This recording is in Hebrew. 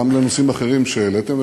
גם לנושאים אחרים שהעליתם,